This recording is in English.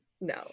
No